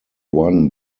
one